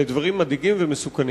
אלה דברים מדאיגים ומסוכנים.